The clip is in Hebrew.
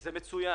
זה מצוין